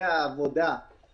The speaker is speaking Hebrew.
מתחילים ב-1 ביוני בכל מקרה.